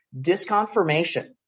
disconfirmation